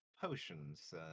potions